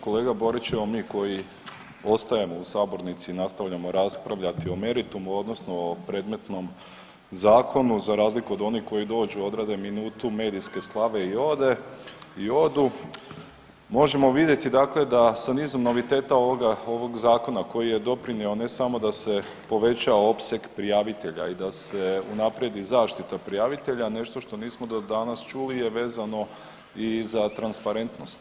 Kolega Borić mi koji ostajemo u sabornici i nastavljamo raspravljati o meritumu, odnosno o predmetnom zakonu, za razliku od onih koji dođu, odrade minutu medijske slave i odu možemo vidjeti, dakle da sa nizom noviteta ovog zakona koji je doprinio ne samo da se poveća opseg prijavitelja i da se unaprijedi zaštita prijavitelja nešto što nismo do danas čuli je vezano i za transparentnost.